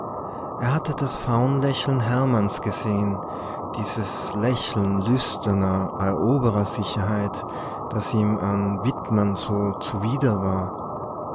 er hatte das faunlächeln hermanns gesehen dieses lächeln lüsterner eroberersicherheit das ihm an wittmann so zuwider war